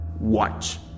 Watch